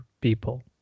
people